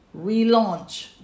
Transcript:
relaunch